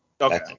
okay